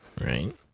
Right